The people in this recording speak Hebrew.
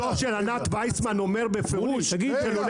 הדו"ח של ענת וייסמן אומר בפירוש שלולי